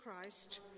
Christ